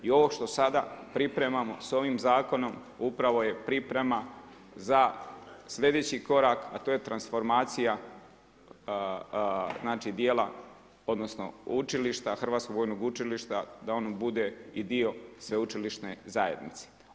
I ovo što sada pripremamo s ovim zakonom upravo je priprema za sljedeći korak, a to je transformacija Hrvatskog vojnog učilišta da ono bude i dio sveučilišne zajednice.